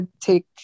take